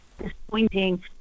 Disappointing